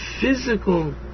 physical